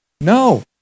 No